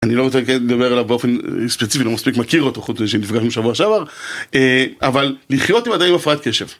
אני לא מדבר עליו באופן ספציפי, לא מספיק מכיר אותו, חוץ מזה שנפגשנו בשבוע שעבר, אבל לחיות עם הפרעת קשב.